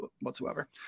whatsoever